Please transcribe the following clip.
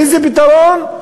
איזה פתרון?